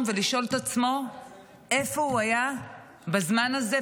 ולשאול את עצמו איפה הוא היה בזמן הזה,